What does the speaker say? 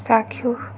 চাক্ষুষ